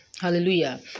Hallelujah